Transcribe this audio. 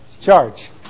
charge